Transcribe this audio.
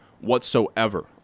whatsoever